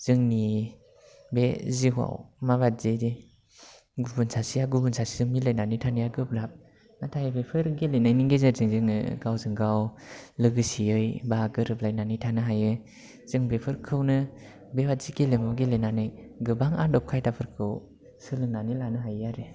जोंनि बे जिउआव माबादि गुबुन सासेया गुबुन सासेजों मिलायनानै थानाया गोब्राब नाथाय बेफोर गेलेनायनि गेजेरजों जोङो गावजों गाव लोगोसेयै बा गोरोबलायनानै थानो हायो जों बेफोरखौनो बेबादि गेलेमु गेलेनानै गोबां आदब खायदाफोरखौ सोलोंनानै लानो हायो आरो